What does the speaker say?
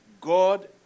God